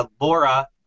laura